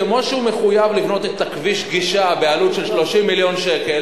כמו שהוא מחויב לבנות את כביש הגישה בעלות של 30 מיליון שקל,